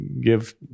give